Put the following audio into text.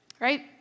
Right